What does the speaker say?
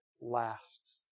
lasts